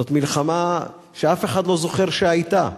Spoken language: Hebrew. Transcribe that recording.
זאת מלחמה שאף אחד לא זוכר שהיתה,